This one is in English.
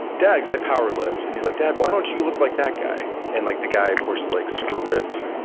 because i power lift. and he's like, dad, why don't you look like that guy? and like the guy of course is like super ripped.